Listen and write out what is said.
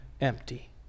empty